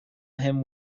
him